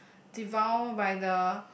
devound by the